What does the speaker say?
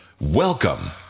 Welcome